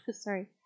sorry